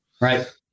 Right